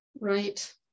Right